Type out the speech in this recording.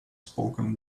spoken